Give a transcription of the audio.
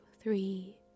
three